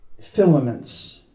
Filaments